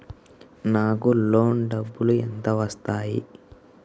నాకు లోన్ డబ్బులు ఎంత వస్తాయి?